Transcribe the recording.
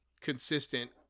consistent